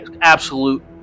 absolute